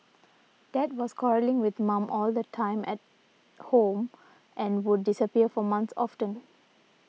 dad was quarrelling with mum all the time at home and would disappear for months often